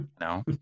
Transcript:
No